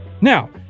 Now